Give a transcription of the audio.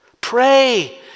Pray